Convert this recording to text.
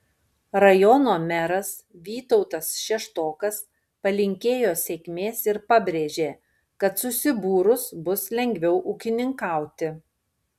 rajono meras vytautas šeštokas palinkėjo sėkmės ir pabrėžė kad susibūrus bus lengviau ūkininkauti